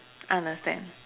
understand